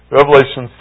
Revelation